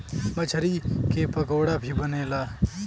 मछरी के पकोड़ा भी बनेला